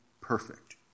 perfect